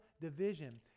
division